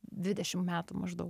dvidešim metų maždaug